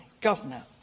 governor